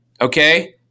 okay